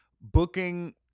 booking